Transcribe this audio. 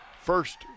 First